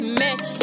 match